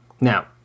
Now